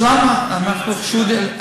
וגם הוא אומר שלא, אז למה אנחנו חשודים?